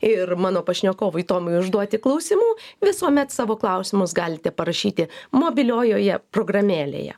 ir mano pašnekovui tomui užduoti klausimų visuomet savo klausimus galite parašyti mobiliojoje programėlėje